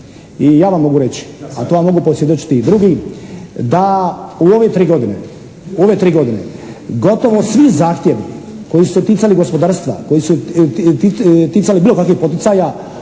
i ja vam mogu reći, a to vam mogu posvjedočiti i drugi da u ove tri godine, u ove tri godine gotovo svi zahtjevi koji su se ticali gospodarstva, koji su se ticali bilo kakvih poticaja